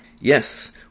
Yes